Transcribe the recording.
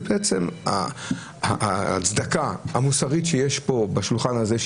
עצם ההצדקה המוסרית שיש פה בשולחן הזה,